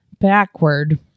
backward